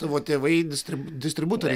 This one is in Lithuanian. tavo tėvai distrib distributoriai